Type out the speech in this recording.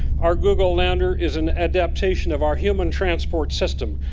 our google lander is an adaptation of our human transport system.